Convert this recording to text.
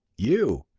you!